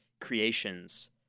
creations